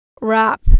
wrap